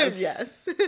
Yes